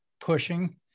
pushing